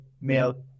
male